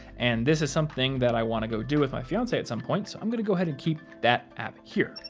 and this is something that i wanna go do with my fiancee at some point, so i'm gonna go ahead and keep that app here.